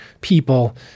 people